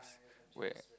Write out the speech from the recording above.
where